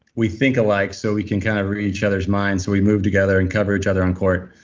we think alike, so we can kind of read each other's minds. we move together and cover each other on court.